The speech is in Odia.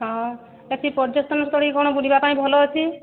ହଁ ସେଠି ପର୍ଯ୍ୟଟନ ସ୍ଥଳୀ କ'ଣ ବୁଲିବା ପାଇଁ ଭଲ ଅଛି